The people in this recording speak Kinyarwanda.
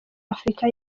afurika